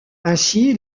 ainsi